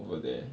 over there